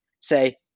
say